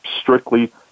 strictly